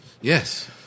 Yes